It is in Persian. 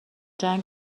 جنگ